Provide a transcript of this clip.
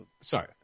Sorry